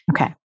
Okay